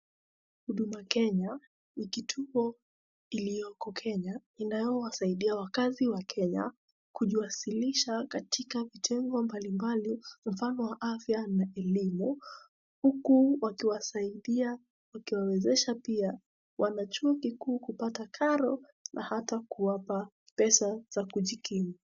Huduma Kenya, ni kituo ilioko Kenya, inaowasaidia wakazi wa Kenya, kujiwasilisha katika vitengo mbali mbali, mfano wa afya na elimu. Huku wakiwasaidia, wakiwawezesha pia wanachuo kikuu kupata karo na hata kuwapa pesa za kujikimu.